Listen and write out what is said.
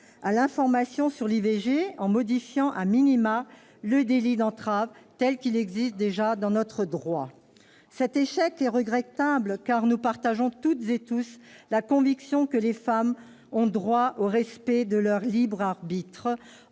à l'information sur l'IVG en modifiant le délit d'entrave tel qu'il existe dans notre droit. Cet échec est regrettable, car nous avons toutes et tous la conviction que les femmes ont droit au respect de leur libre arbitre,